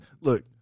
look